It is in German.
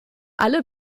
alle